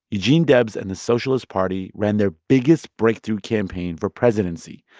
eugene debs and the socialist party ran their biggest breakthrough campaign for presidency.